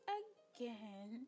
again